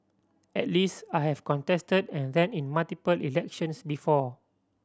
at least I have contested and ran in multiple elections before